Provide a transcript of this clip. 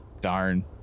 darn